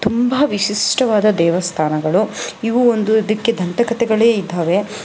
ತುಂಬ ವಿಶಿಷ್ಟವಾದ ದೇವಸ್ಥಾನಗಳು ಇವು ಒಂದು ಇದಕ್ಕೆ ದಂತಕತೆಗಳೇ ಇದ್ದಾವೆ